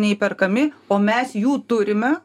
neįperkami o mes jų turime